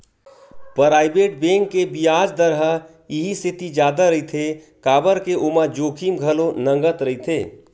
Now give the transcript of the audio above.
private bank के बियाज दर ह इहि सेती जादा रहिथे काबर के ओमा जोखिम घलो नँगत रहिथे